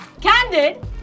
Candid